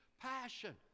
passion